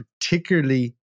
particularly